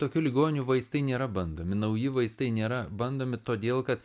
tokių ligonių vaistai nėra bandomi nauji vaistai nėra bandomi todėl kad